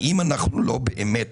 האם אנחנו לא באמת